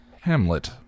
Hamlet